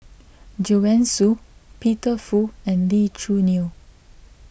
Joanne Soo Peter Fu and Lee Choo Neo